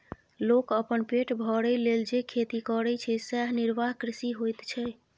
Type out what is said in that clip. लोक अपन पेट भरय लेल जे खेती करय छै सेएह निर्वाह कृषि होइत छै